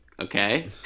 okay